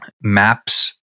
maps